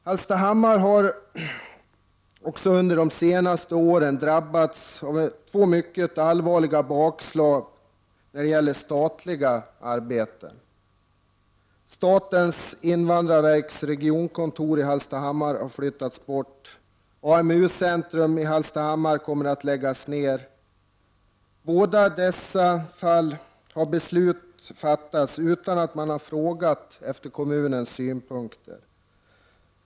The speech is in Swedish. Hallstahammar har också under de senaste åren drabbats av två mycket allvarliga bakslag när det gäller statliga arbeten. Statens invandrarverks regionkontor i Hallstahammar har flyttats och AMU-centrum i Hallstahammar kommer att läggas ned. I båda dessa fall har beslut fattats utan att någon har frågat efter kommunens synpunkter.